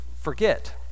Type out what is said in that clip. forget